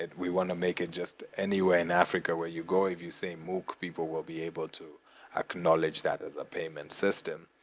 we want to make it just anywhere in africa where you go, if you say mookh, people will be able to acknowledge that as a payment system.